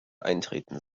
eintreten